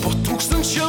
po tūkstančio